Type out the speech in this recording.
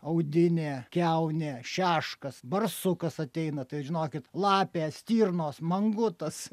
audinė kiaunė šeškas barsukas ateina tai žinokit lapė stirnos mangutas